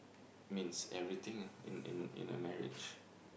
means everything ah in in in a marriage